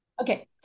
Okay